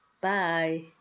bye